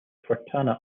fontana